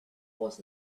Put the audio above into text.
was